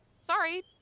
Sorry